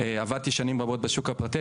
עבדתי שנים רבות בשוק הפרטי,